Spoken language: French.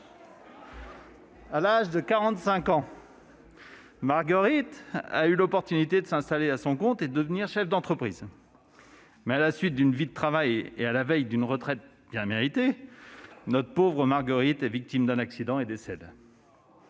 À l'âge de 45 ans, Marguerite a eu l'occasion de s'installer à son compte et elle est devenue chef d'entreprise. Mais, au terme d'une vie de travail et à la veille d'une retraite bien méritée, notre pauvre Marguerite décède, victime d'un accident ...